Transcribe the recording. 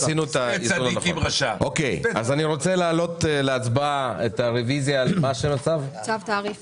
אני רוצה להעלות להצבעה את הרביזיה על צו תעריף